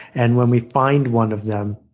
and when we find one of them,